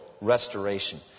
restoration